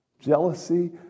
Jealousy